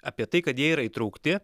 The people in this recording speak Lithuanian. apie tai kad jie yra įtraukti